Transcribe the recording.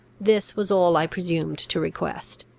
this was all i presumed to request